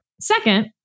Second